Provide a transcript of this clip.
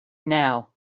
now